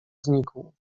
znikł